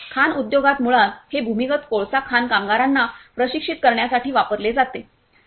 खाण उद्योगात मुळात हे भूमिगत कोळसा खाण कामगारांना प्रशिक्षित करण्यासाठी वापरले जाते